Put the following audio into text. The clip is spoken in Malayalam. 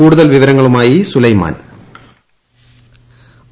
കൂടുതൽ വിവരങ്ങളുമായി സുലൈമാൻ്ട്